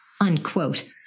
Unquote